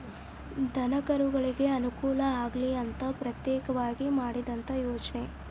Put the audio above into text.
ದನಕರುಗಳಿಗೆ ಅನುಕೂಲ ಆಗಲಿ ಅಂತನ ಪ್ರತ್ಯೇಕವಾಗಿ ಮಾಡಿದಂತ ಯೋಜನೆ